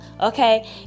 okay